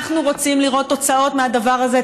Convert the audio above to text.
אנחנו רוצים לראות תוצאות מהדבר הזה,